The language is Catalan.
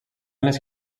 les